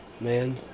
man